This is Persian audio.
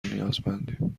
نیازمندیم